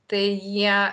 tai jie